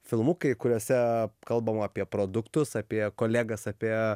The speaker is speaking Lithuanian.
filmukai kuriuose kalbama apie produktus apie kolegas apie